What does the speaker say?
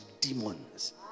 demons